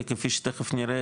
כי כפי שתיכף נראה,